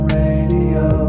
radio